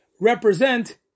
represent